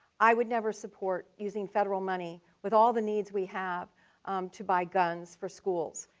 i would never support using federal money with all the needs we have to buy guns for schools.